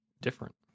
different